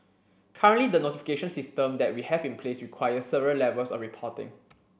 currently the notification system that we have in place requires several levels of reporting